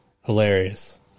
hilarious